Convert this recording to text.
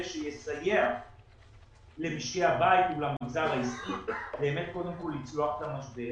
שיסייע למשקי הבית ולמגזר העסקי באמת קודם כל לצלוח את המשבר.